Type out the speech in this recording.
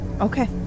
Okay